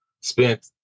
spent